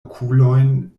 okulojn